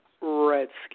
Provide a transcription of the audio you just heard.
Redskins